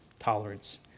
tolerance